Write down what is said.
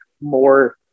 more